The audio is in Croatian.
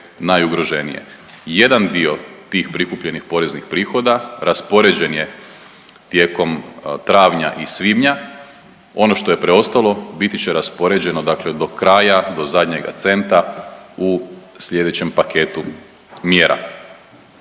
najugroženije. Jedan dio tih prikupljenih poreznih prihoda raspoređen je tijekom travnja i svibnja, ono što je preostalo biti će raspoređeno do kraja, do zadnjega centa u sljedećem paketu mjera.